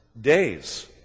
days